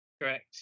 correct